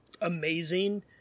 amazing